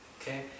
Okay